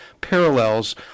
parallels